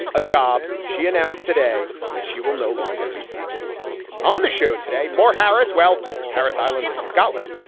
a job she announced today that she will no longer be seeking on the show today. more harris. well, harris island in scotland,